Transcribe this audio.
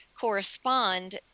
correspond